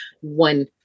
one